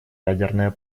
ядерная